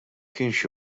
kienx